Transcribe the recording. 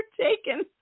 taken